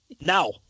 Now